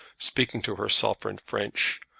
speaking to herself in french,